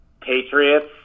Patriots